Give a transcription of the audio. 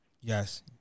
Yes